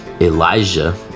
elijah